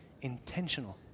Intentional